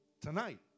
Tonight